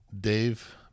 Dave